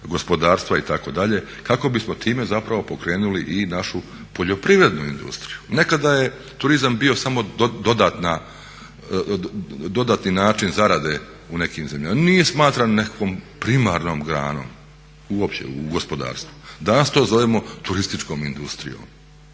gospodarstva itd. kako bismo time zapravo pokrenuli i našu poljoprivrednu industriju. Nekada je turizam bio samo dodatni način zarade u nekim zemljama. Nije smatran nekakvom primarnom granom uopće u gospodarstvu. Danas to zovemo turističkom industrijom